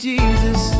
Jesus